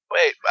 Wait